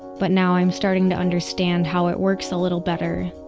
but now i'm starting to understand how it works a little better.